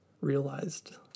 realized